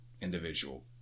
individual